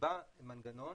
נקבע מנגנון